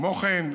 כמו כן,